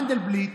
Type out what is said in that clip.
מנדלבליט